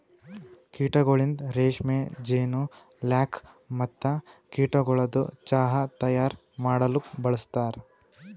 ಕೀಟಗೊಳಿಂದ್ ರೇಷ್ಮೆ, ಜೇನು, ಲ್ಯಾಕ್ ಮತ್ತ ಕೀಟಗೊಳದು ಚಾಹ್ ತೈಯಾರ್ ಮಾಡಲೂಕ್ ಬಳಸ್ತಾರ್